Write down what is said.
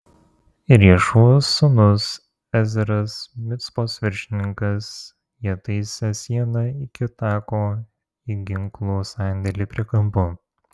ir ješūvos sūnus ezeras micpos viršininkas jie taisė sieną iki tako į ginklų sandėlį prie kampo